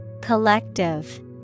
Collective